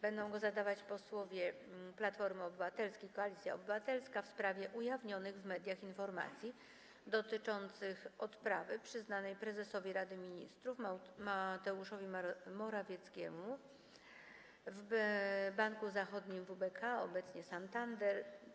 Będą je zadawać posłowie Platformy Obywatelskiej - Koalicji Obywatelskiej w sprawie ujawnionych w mediach informacji dotyczących odprawy przyznanej prezesowi Rady Ministrowi Mateuszowi Morawieckiemu z Banku Zachodniego WBK, obecnie Santander.